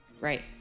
Right